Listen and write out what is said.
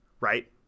right